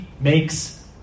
makes